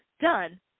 done